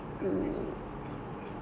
nowadays superpowers would be useful